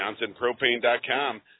johnsonpropane.com